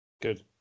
Good